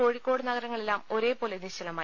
കോഴിക്കോട് നഗരങ്ങ ളെല്ലാം ഒരേപോലെ നിശ്ചലമായി